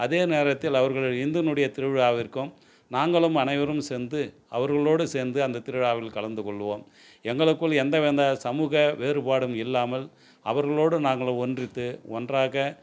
அதே நேரத்தில் அவர்கள் இதுனுடைய திருவிழாவிற்கும் நாங்களும் அனைவரும் சேர்ந்து அவர்களோடு சேர்ந்து அந்த திருவிழாவில் கலந்து கொள்ளுவோம் எங்களுக்குள் எந்த வித சமூக வேறுபாடும் இல்லாமல் அவர்களோடு நாங்கள் ஒன்றித்து ஒன்றாக